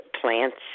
plants